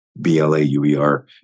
b-l-a-u-e-r